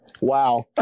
Wow